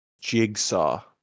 Jigsaw